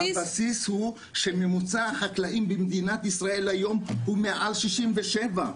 הבסיס הוא שממוצע החקלאים במדינת ישראל היום הוא מעל 67,